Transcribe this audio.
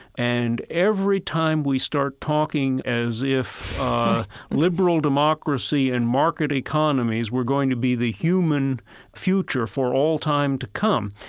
and every time we start talking as if liberal democracy and market economies were going to be the human future for all time to come,